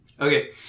Okay